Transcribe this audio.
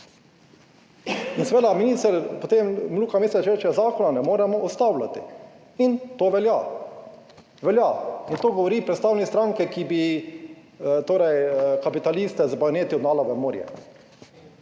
In seveda minister, potem Luka Mesec reče, zakona ne moremo ustavljati in to velja, velja. In to govori predstavnik stranke, ki bi kapitaliste z planeti oddala v morje.